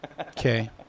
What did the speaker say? okay